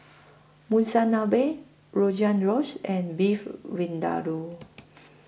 Monsunabe Rogan Josh and Beef Vindaloo